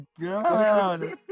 god